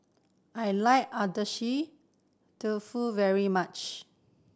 I like Agedashi Dofu very much